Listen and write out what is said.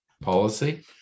policy